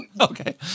Okay